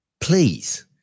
please